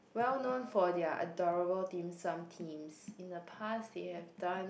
well known for their adorable dimsum theme in the past they have done